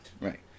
Right